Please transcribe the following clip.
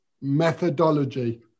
Methodology